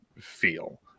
feel